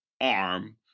arm